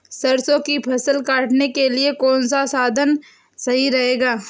सरसो की फसल काटने के लिए कौन सा साधन सही रहेगा?